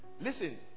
Listen